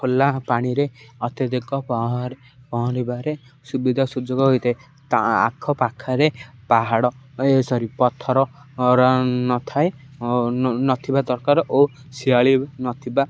ଖୋଲା ପାଣିରେ ଅତ୍ୟଧିକ ପହଁର୍ ପହଁରିବାରେ ସୁବିଧା ସୁଯୋଗ ହୋଇଥାଏ ତା ଆଖପଖରେ ପାହାଡ଼ ଏ ସରୀ ପଥର ନଥାଏ ନଥିବା ଦରକାର ଓ ଶିଆଳି ନଥିବା